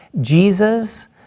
Jesus